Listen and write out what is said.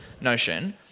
notion